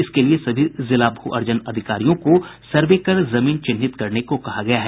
इसके लिये सभी जिला भू अर्जन अधिकारियों को सर्वे कर जमीन चिन्हित करने को कहा गया है